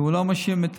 הוא לא מאשים את